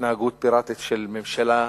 בהתנהגות פיראטית של ממשלה,